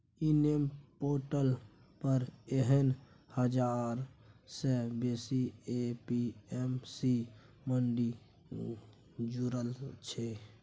इ NAM portal पर एखन हजार सँ बेसी ए.पी.एम.सी मंडी जुरल छै